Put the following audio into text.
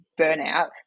burnout